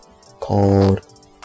called